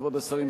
כבוד השרים,